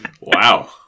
Wow